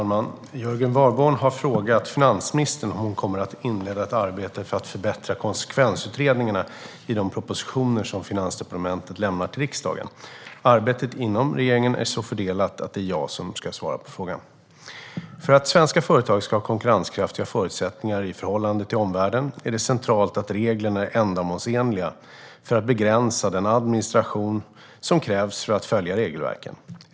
Fru talman! Jörgen Warborn har frågat finansministern om hon kommer att inleda ett arbete med att förbättra konsekvensutredningarna i de propositioner som Finansdepartementet lämnar till riksdagen. Arbetet inom regeringen är så fördelat att det är jag som ska svara på frågan. För att svenska företag ska ha konkurrenskraftiga förutsättningar i förhållande till omvärlden är det centralt att reglerna är ändamålsenliga för att begränsa den administration som krävs för att följa regelverken.